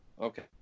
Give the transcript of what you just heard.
Okay